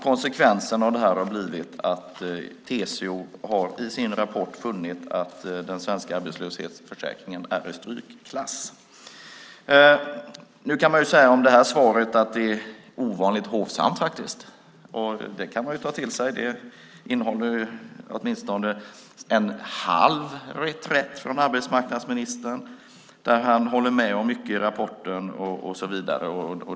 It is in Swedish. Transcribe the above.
Konsekvensen av detta har blivit att TCO i sin rapport har funnit att den svenska arbetslöshetsförsäkringen är i strykklass. Nu kan man om det här svaret säga att det är ovanligt hovsamt. Det kan man ta till sig. Det innehåller åtminstone en halv reträtt från arbetsmarknadsministern. Han håller med om mycket i rapporten och så vidare.